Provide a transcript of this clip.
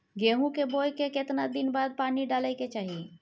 गेहूं के बोय के केतना दिन बाद पानी डालय के चाही?